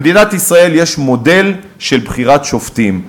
במדינת ישראל יש מודל של בחירת שופטים.